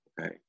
okay